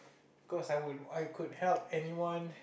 of course I would I could help anyone